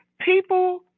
people